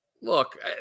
look